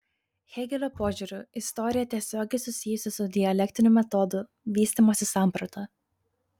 hėgelio požiūriu istorija tiesiogiai susijusi su dialektiniu metodu vystymosi samprata